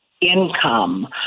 income